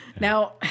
Now